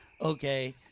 Okay